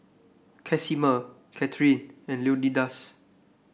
Casimer Katharine and Leonidas